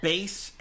Base